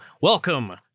Welcome